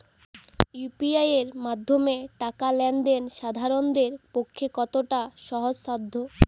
UPI এর মাধ্যমে টাকা লেন দেন সাধারনদের পক্ষে কতটা সহজসাধ্য?